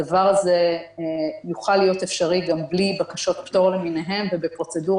הדבר הזה יוכל להיות אפשרי גם בלי בקשות פטור למיניהן ובפרוצדורה